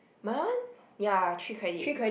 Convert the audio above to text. my one ya three credit